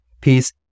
peace